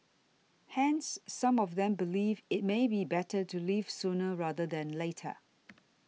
hence some of them believe it may be better to leave sooner rather than later